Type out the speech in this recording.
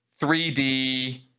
3D